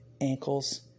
ankles